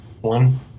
One